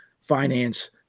finance